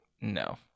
no